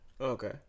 Okay